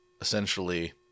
essentially